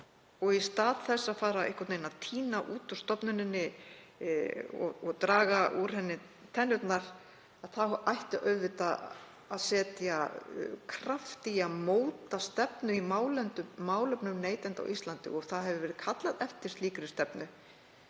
í stað þess að tína út úr stofnuninni og draga úr henni tennurnar ætti auðvitað að setja kraft í að móta stefnu í málefnum neytenda á Íslandi, kallað hefur verið eftir slíkri stefnu